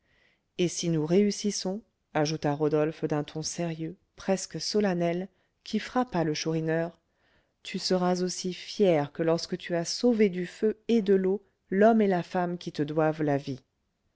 et si nous réussissons ajouta rodolphe d'un ton sérieux presque solennel qui frappa le chourineur tu seras aussi fier que lorsque tu as sauvé du feu et de l'eau l'homme et la femme qui te doivent la vie